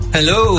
Hello